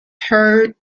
heard